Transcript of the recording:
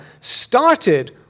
started